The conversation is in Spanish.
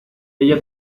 ella